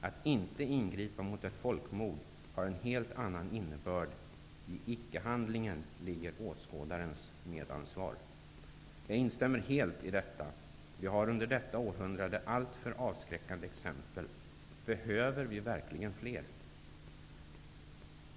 - Att inte ingripa mot ett folkmord har en helt annan innebörd, i icke-handlingen ligger åskådarens medansvar.'' Jag instämmer helt i detta. Vi har under detta århundrade alltför avskräckande exempel. Behöver vi verkligen fler?